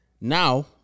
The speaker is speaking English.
now